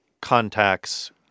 contacts